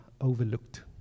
overlooked